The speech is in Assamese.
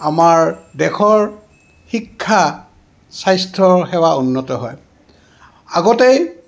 আমাৰ দেশৰ শিক্ষা স্বাস্থ্যসেৱা উন্নত হয় আগতেই